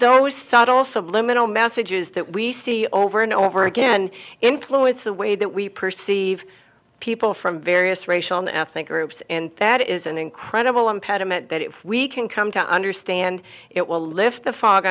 also liminal messages that we see over and over again influence the way that we perceive people from various racial and ethnic groups and that is an incredible impediment that if we can come to understand it will lift the fog